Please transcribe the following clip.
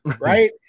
right